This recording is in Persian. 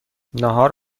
ناهار